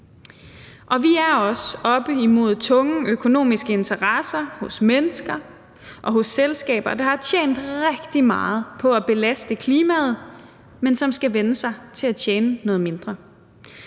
Vi er også oppe imod tunge økonomiske interesser hos mennesker og selskaber, der har tjent rigtig meget på at belaste klimaet, men som skal vænne sig til at tjene noget mindre.